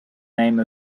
name